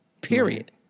Period